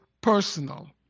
personal